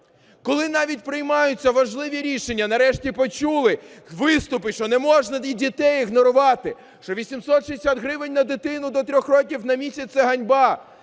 Коли навіть приймаються важливі рішення, нарешті почули виступи, що не можна дітей ігнорувати, що 860 гривень на дитину до трьох років на місяць – це ганьба.